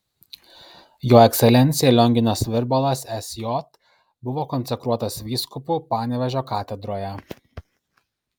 jo ekscelencija lionginas virbalas sj buvo konsekruotas vyskupu panevėžio katedroje